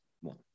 one